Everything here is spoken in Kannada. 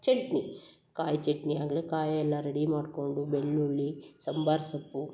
ಚಟ್ನಿ ಕಾಯಿ ಚಟ್ನಿ ಆಗಲಿ ಕಾಯಿ ಎಲ್ಲ ರೆಡಿ ಮಾಡ್ಕೊಂಡು ಬೆಳ್ಳುಳ್ಳಿ ಸಂಬಾರು ಸೊಪ್ಪು